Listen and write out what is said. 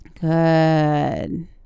Good